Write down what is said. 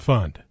Fund